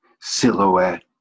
silhouette